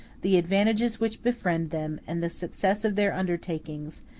the advantages which befriend them, and the success of their undertakings,